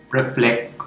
reflect